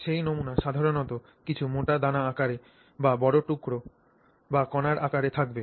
সেই নমুনা সাধারণত কিছু মোটা দানা আকারে বা বড় টুকরো বা কণার আকারে থাকবে